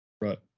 Right